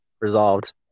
resolved